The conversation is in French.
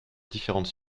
différentes